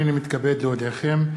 הנני מתכבד להודיעכם,